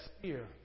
fear